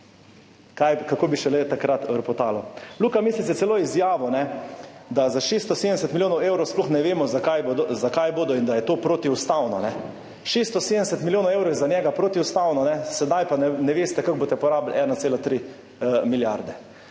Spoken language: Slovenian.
Kako bi šele takrat ropotalo. Luka Mesec je celo izjavil, da za 670 milijonov evrov sploh ne vemo, za kaj bodo, in da je to protiustavno. 670 milijonov evrov je za njega protiustavno, sedaj pa ne veste, kako boste porabili 1,3 milijarde.